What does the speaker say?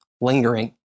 lingering